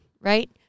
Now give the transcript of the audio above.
right